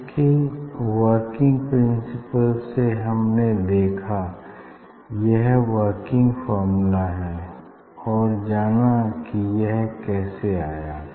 इसके working principle से हमने देखा यह वर्किंग फार्मूला है और जाना कि यह कैसे आया